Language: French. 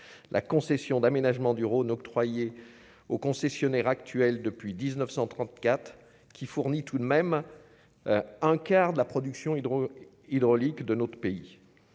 la concession d'aménagement du Rhône octroyée au concessionnaire actuel depuis 1934 qui fournit tout de même un quart de la production hydro-hydraulique de notre pays,